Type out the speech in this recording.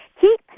Keep